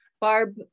Barb